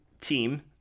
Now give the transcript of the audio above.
team